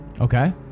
Okay